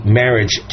marriage